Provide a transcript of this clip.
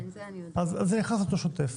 אז זה נכנס לאותו שוטף,